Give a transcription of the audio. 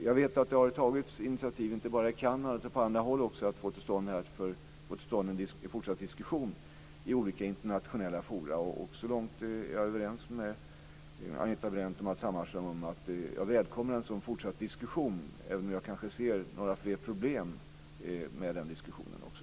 Jag vet att det har tagits initiativ inte bara i Kanada utan också på andra håll för att få till stånd en fortsatt diskussion i olika internationella forum. Så långt är jag överens med Agneta Brendt och Matz Hammarström. Jag välkomnar alltså en sådan fortsatt diskussion, även om jag kanske ser några fler problem med den diskussionen också.